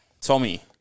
Tommy